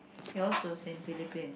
yours was in Philippines